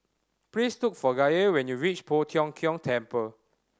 please look for Gaye when you reach Poh Tiong Kiong Temple